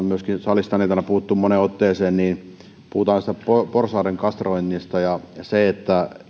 myöskin täällä salissa on tänä iltana puhuttu moneen otteeseen puhutaan porsaiden kastroinnista ja siitä että